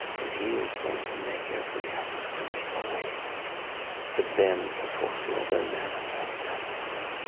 and he is going to make every effort to make a way for them to fulfill their manifest destiny.